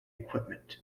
equipment